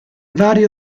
varie